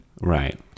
Right